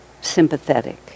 sympathetic